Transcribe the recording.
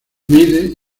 mide